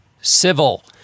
civil